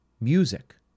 music